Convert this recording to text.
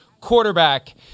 quarterback